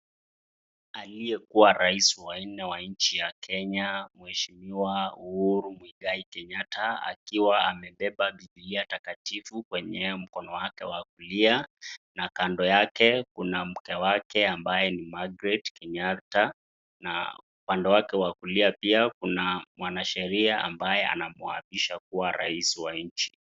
Aliyekuwa rais wa nne wa nchi ya Kenya mheshimiwa Uhuru Muigai Kenyatta akiwa amebeba bibilia takatifu kwenye mkono wake wa kulia na kando yake kuna mke wake ambaye ni Magret Kenyatta na upande wake wa kulia pia kuna mwanasheria ambaye anamuapisha kuwa rais wa nchi.